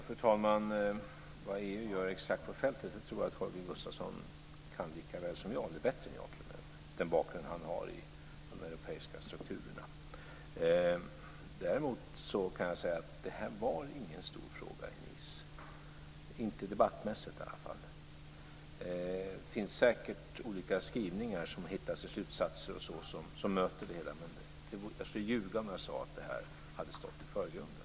Fru talman! Vad EU gör exakt på fältet tror jag att Holger Gustafsson vet likaväl som jag, eller t.o.m. bättre än jag, med den bakgrund som han har i de europeiska strukturerna. Däremot kan jag säga att detta inte var någon stor fråga i Nice, i alla fall inte debattmässigt. Det finns säkert olika skrivningar som hittas i slutsatser osv. som möter det hela, men jag skulle ljuga om jag sade att detta hade stått i förgrunden.